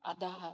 अधः